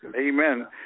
Amen